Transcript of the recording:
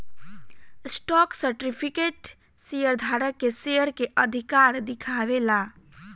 stock certificate share धारक के share के अधिकार दिखावे ला